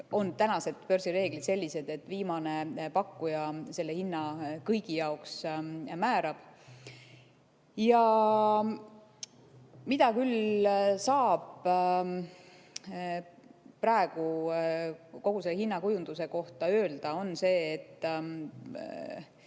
on tänased börsireeglid sellised, et viimane pakkuja selle hinna kõigi jaoks määrab. Mida küll saab praegu kogu selle hinnakujunduse kohta öelda, on see, et